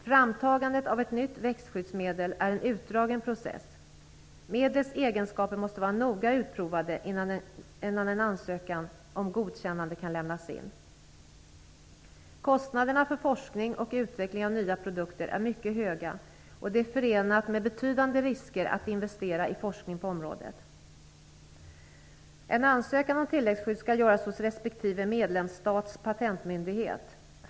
Framtagandet av ett nytt växtskyddsmedel är en utdragen process. Medlets egenskaper måste vara noga utprovade innan en ansökan om godkännande kan lämnas in. Kostnaderna för forskning och utveckling av nya produkter är mycket höga, och det är förenat med betydande risker att investera i forskning på området. En ansökan om tilläggsskydd skall göras hos respektive medlemsstats patentmyndighet.